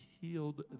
healed